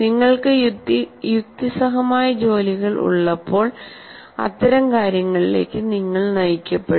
നിങ്ങൾക്ക് യുക്തിസഹമായ ജോലികൾ ഉള്ളപ്പോൾ അത്തരം കാര്യങ്ങളിലേക്ക് നിങ്ങൾ നയിക്കപ്പെടും